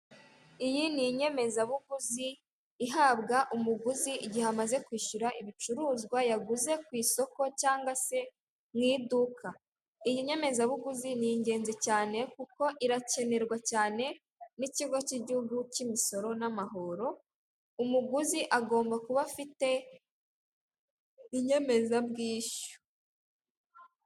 Iyi ni inyemezabuguzi ihabwa umuguzi igihe amaze kwishyura ibicuruzwa yaguze ku isoko cyangwa se mu iduka. Iyi nyemezabuguzi ni ingenzi cyane kuko irakenerwa cyane n'Ikigo cy'Igihugu cy'Imisoro n'Amahoro, umuguzi agomba kuba afite inyemezabwishyu.